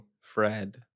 Fred